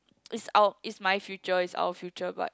it's our it's my future is our future but